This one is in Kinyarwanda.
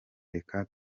reka